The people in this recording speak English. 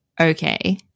okay